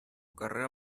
carrera